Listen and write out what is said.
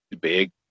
big